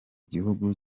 gihugu